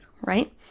right